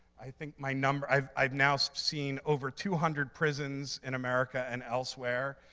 i think my number, i've i've now so seen over two hundred prisons in america and elsewhere,